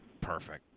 perfect